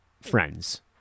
friends